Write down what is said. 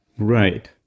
Right